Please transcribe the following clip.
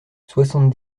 soixante